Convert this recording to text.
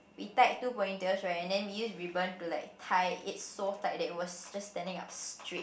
we tied two pony tails right then we used ribbon to like tie it so tight that it was just standing up straight